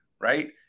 right